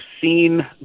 seen